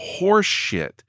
horseshit